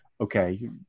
okay